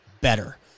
better